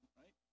right